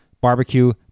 barbecue